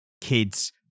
kids